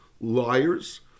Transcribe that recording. liars